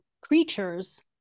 creatures